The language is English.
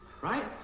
right